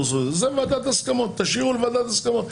זה ועדת הסכמות, תשאירו לוועדת ההסכמות.